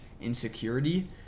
insecurity